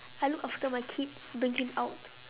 I look after my kid bring him out